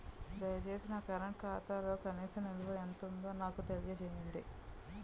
దయచేసి నా కరెంట్ ఖాతాలో కనీస నిల్వ ఎంత ఉందో నాకు తెలియజేయండి